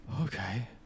Okay